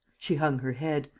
she hung her head.